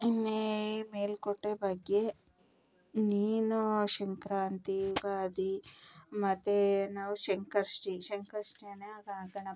ಈ ಮೇಲುಕೋಟೆ ಬಗ್ಗೆ ನೀನು ಸಂಕ್ರಾಂತಿ ಯುಗಾದಿ ಮತ್ತೆ ನಾವು ಸಂಕಷ್ಟಿ ಸಂಕಷ್ಟಿನೆ ಆಗ